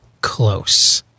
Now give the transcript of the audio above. close